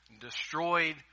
destroyed